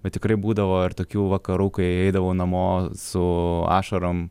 bet tikrai būdavo ir tokių vakarų kai eidavau namo su ašarom